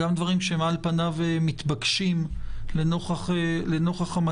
גם דברים שעל פניו מתבקשים לנוכח המצב,